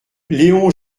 léon